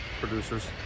producers